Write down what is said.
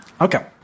Okay